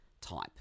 type